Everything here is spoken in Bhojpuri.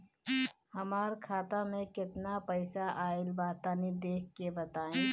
हमार खाता मे केतना पईसा आइल बा तनि देख के बतईब?